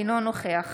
אינו נוכח